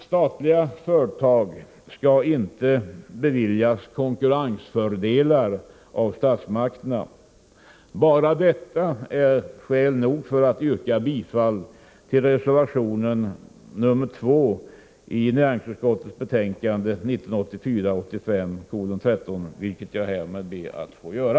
Statliga företag skall inte beviljas konkurrensfördelar av statsmakterna. Bara detta är skäl nog för att yrka bifall till reservation 2 i näringsutskottets betänkande 1984/85:13, vilket jag härmed ber att få göra.